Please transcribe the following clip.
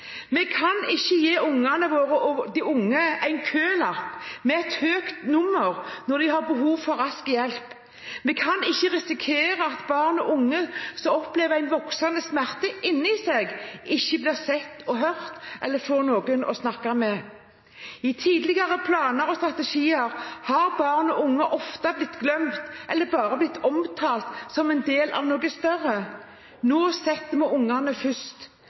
Vi kan ikke gi ungene våre en kølapp med et høyt nummer når de har behov for rask hjelp. Vi kan ikke risikere at barn og unge som opplever en voksende smerte inne i seg, ikke blir sett og hørt eller får noen å snakke med. I tidligere planer og strategier har barn og unge ofte blitt glemt eller bare blitt omtalt som en del av noe større. Nå setter vi ungene først.